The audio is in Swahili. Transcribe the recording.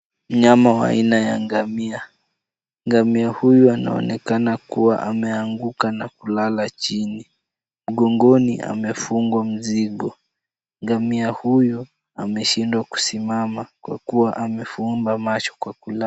Mnyama wa aina ya ngamia. Ngamia huyu anaonekana kuwa ameanguka na kulala chini. Mgongoni amefungwa mzigo. Ngamia huyo ameshindwa kusimama kwa kuwa amefumba macho kwa kulala.